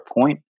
point